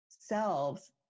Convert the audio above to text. selves